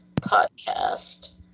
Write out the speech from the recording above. podcast